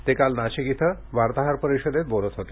ते काल नाशिक इथं वार्ताहर परिषदेत बोलत होते